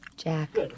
Jack